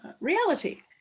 Reality